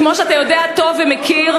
שכמו שאתה יודע טוב ומכיר.